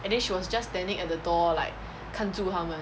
and then she was just standing at the door like 看住他们